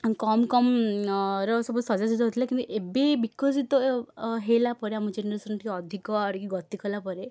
କମ୍ କମ୍ ର ସବୁ ସାଜସଜା ହେଉଥିଲା କିନ୍ତୁ ଏବେ ବିକଶିତ ହେଲା ପରେ ଆମ ଜେନେରେସନ ଟିକିଏ ଅଧିକ ଆଡ଼ିକି ଗତି କଲାପରେ